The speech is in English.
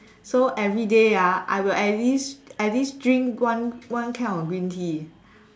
so everyday ah I will at least at least drink one one can of green tea